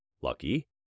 lucky